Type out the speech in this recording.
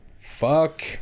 fuck